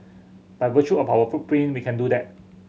by virtue of our footprint we can do that